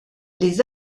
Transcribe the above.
les